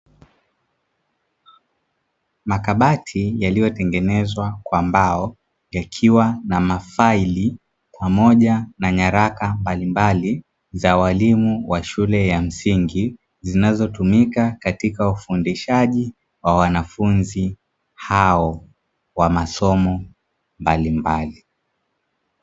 Makabati yaliyotengenezwa kwa mbao, yakiwa na mafaili pamoja na nyaraka mbalimbali. Za walimu wa shule ya msingi zinazotumika katika ufundishaji wa wanafunzi hao wa masomo mbalimbali.